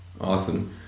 Awesome